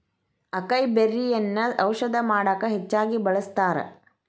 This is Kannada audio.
ಅಕೈಬೆರ್ರಿಯನ್ನಾ ಔಷಧ ಮಾಡಕ ಹೆಚ್ಚಾಗಿ ಬಳ್ಸತಾರ